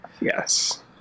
yes